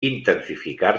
intensificar